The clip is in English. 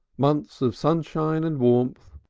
months of sunshine and warmth,